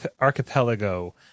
archipelago